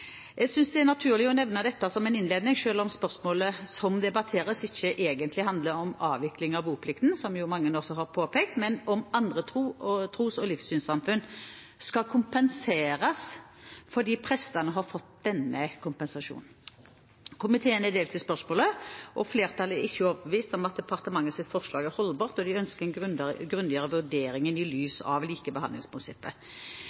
Jeg synes det er naturlig og nevner dette som en innledning, selv om spørsmålet som debatteres, ikke egentlig handler om avvikling av boplikten, som mange har påpekt, men om andre tros- og livssynssamfunn skal kompenseres fordi prestene har fått denne kompensasjonen. Komiteen er delt i spørsmålet. Flertallet er ikke overbevist om at departementets forslag er holdbart, og de ønsker en grundigere vurdering i lys av likebehandlingsprinsippet.